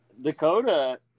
Dakota